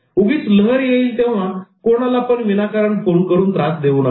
उगीच लहर येईल तेव्हा कोणाला पण विनाकारण फोन करून त्रास देऊ नका